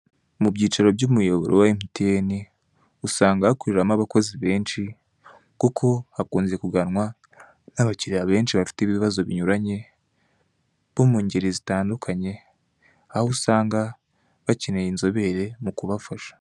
Mu byiciro by'umuyoboro wa MTN usanga hakoreramo abakozi benshi kuko hakunze kuganwa n'abakiriya benshi bafite ibibazo binyuranye bo mungeri zitandukanye, aho usanga bakeneye inzobere mu kubafasha.